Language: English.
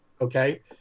Okay